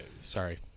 Sorry